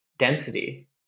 density